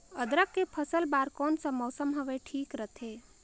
अदरक के फसल बार कोन सा मौसम हवे ठीक रथे?